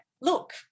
look